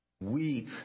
Weep